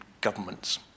governments